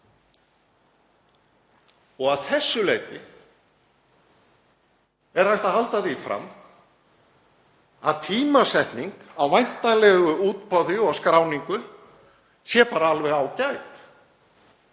Að þessu leyti er hægt að halda því fram að tímasetning á væntanlegu útboði og skráningu sé bara alveg ágæt.